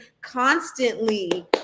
constantly